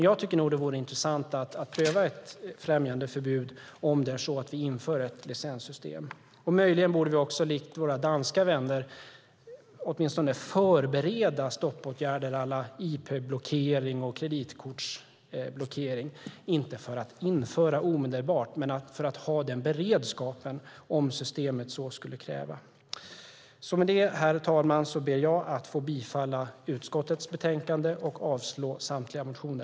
Jag tycker att det vore intressant att pröva ett främjandeförbud om vi inför ett licenssystem. Vi borde möjligen också, likt våra danska vänner, åtminstone förbereda stoppåtgärder á la IP-blockering och kreditkortsblockering. Vi ska inte införa det omedelbart, men ha den beredskapen om systemet så kräver. Herr talman! Jag yrkar bifall till förslaget i utskottets betänkande och avslag på samtliga motioner.